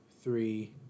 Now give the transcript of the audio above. three